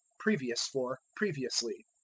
previous for previously.